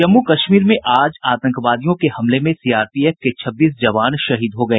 जम्मू कश्मीर में आज आतंकवादियों के हमले में सीआरपीएफ के छब्बीस जवान शहीद हो गए